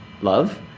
love